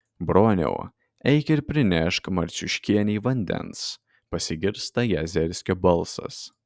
broniau eik ir prinešk marciuškienei vandens pasigirsta jazerskio balsas